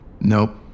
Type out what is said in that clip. Nope